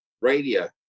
radio